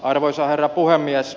arvoisa herra puhemies